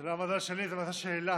זה לא המזל שלי, זה מזל של אילת.